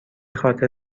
خاطر